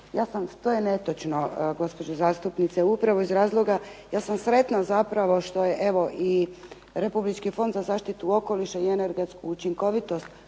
To je netočno gospođo zastupnice upravo iz razloga, ja sam sretna zapravo što je evo i Republički fond za zaštitu okoliša i energetsku učinkovitost